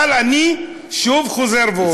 אבל אני שוב חוזר ואומר,